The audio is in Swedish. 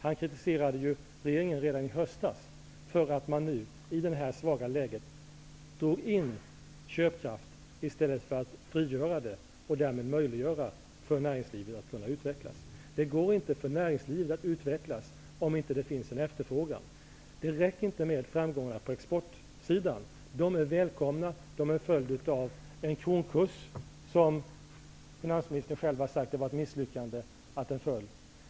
Han kritiserade regeringen redan i höstas för att den i detta svaga läge drog in köpkraft i stället för att frigöra den och därmed möjliggöra för näringslivet att utvecklas. Näringslivet kan inte utvecklas om det inte finns en efterfrågan. Det räcker inte med framgångar på exportsidan. De är välkomna. De är en följd av att kronkursen föll. Finansministern har själv sagt att det var ett misslyckande att kronan föll.